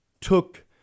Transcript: took